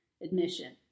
admission